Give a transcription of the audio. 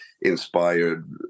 inspired